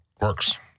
Works